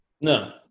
No